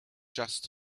just